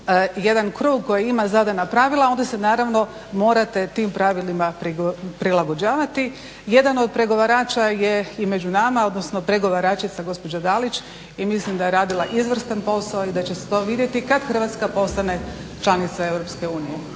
jedan krug koji ima zadana pravila onda se naravno morate tim pravilima prilagođavati. Jedan o pregovarača je i među nama, odnosno pregovaračica gospođa Dalić i mislim da je radila izvrstan posao i da će se to vidjeti kad Hrvatska postane članica EU.